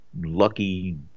lucky